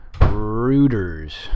Rooters